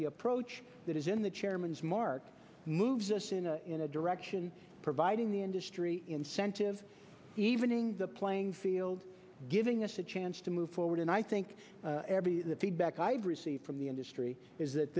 the approach that is in the chairman's mark moves us in a direction providing the industry incentive even in the playing field giving us a chance to move forward and i think the feedback i've received from the industry is that